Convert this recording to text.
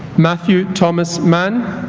matthew thomas mann